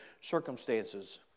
circumstances